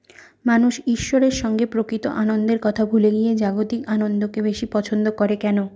মানুষ ঈশ্বরের সঙ্গে প্রকৃত আনন্দের কথা ভুলে গিয়ে জাগতিক আনন্দকে বেশী পছন্দ করে কেন